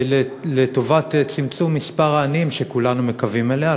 לטובת צמצום מספר העניים, שכולנו מקווים אליה.